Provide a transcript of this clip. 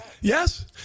Yes